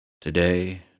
Today